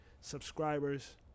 subscribers